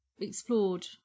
explored